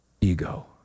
ego